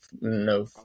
no